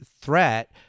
threat